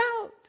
out